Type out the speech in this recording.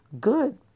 good